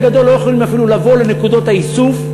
גדול לא יכולים אפילו לבוא לנקודות האיסוף.